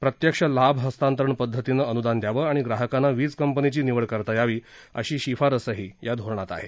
प्रत्यक्ष लाभ हस्तांतरण पद्धतीनं अनुदान दयावं आणि ग्राहकांना वीज कंपनीची निवड करता यावी अशी शिफारस या धोरणात आहे